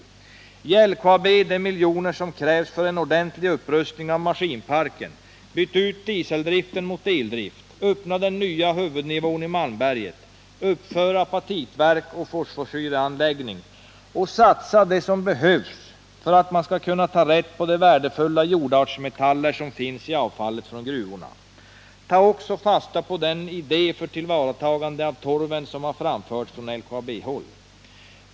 Ge LKAB de miljarder som krävs för en ordentlig upprustning av maskinparken, byt ut dieseldriften mot eldrift, öppna den nya huvudnivån i Malmberget, uppför apatitverk och fosforsyreanläggning , och satsa det som behövs för att man skall kunna ta vara på de värdefulla jordartsmetaller som finns i avfallet från gruvorna. Ta också fasta på den idé för tillvaratagande av torven som har framförts från LKAB-håll.